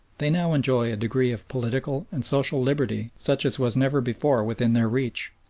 they now enjoy a degree of political and social liberty such as was never before within their reach,